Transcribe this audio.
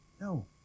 No